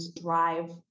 drive